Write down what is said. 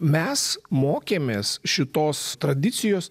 mes mokėmės šitos tradicijos